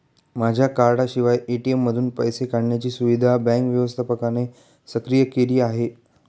माझ्या कार्डाशिवाय ए.टी.एम मधून पैसे काढण्याची सुविधा बँक व्यवस्थापकाने सक्रिय केली आहे